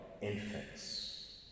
infants